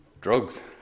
drugs